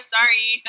Sorry